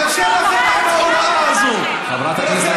כאשר החוק עם ההוראה הזאת, חברת הכנסת